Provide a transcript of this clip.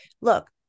look